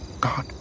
God